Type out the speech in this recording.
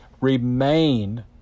remain